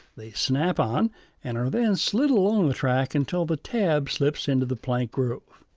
they snap on and are then slid along the track until the tab slips into the plank groove.